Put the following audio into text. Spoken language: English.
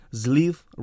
sleeve